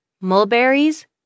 mulberries